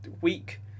week